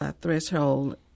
threshold